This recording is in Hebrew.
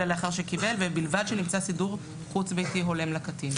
אלא לאחר שקיבל ובלבד שנמצא סידור חוץ ביתי הולם לקטין".